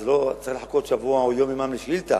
אז לא צריך לחכות שבוע או יום-יומיים לשאילתא.